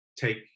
take